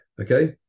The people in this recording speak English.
Okay